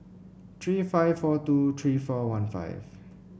three five four two three four one five